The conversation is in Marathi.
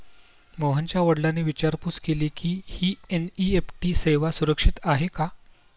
मोहनच्या वडिलांनी विचारपूस केली की, ही एन.ई.एफ.टी सेवा सुरक्षित आहे का?